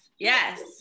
Yes